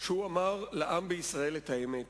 שהוא אמר לעם בישראל את האמת